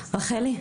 רחלי,